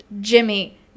jimmy